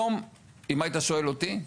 אם היית שואל אותי,